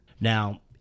Now